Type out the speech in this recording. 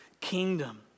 kingdom